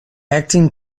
acting